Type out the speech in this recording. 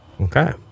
Okay